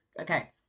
Okay